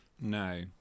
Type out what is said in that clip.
No